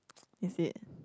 is it